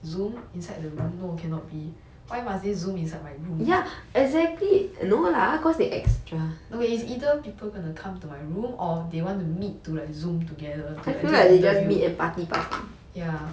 Zoom inside the room no cannot be why must they Zoom inside my room okay it's either people gonna come to my room or they want to meet to like Zoom together to like do interview ya